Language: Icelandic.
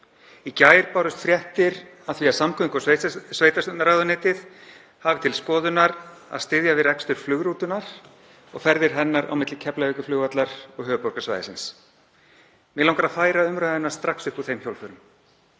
Í gær bárust fréttir af því að samgöngu- og sveitarstjórnarráðuneytið hafi til skoðunar að styðja við rekstur flugrútunnar og ferðir hennar á milli Keflavíkurflugvallar og höfuðborgarsvæðisins. Mig langar að færa umræðuna strax upp úr þeim hjólförum.